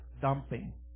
dumping